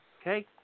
Okay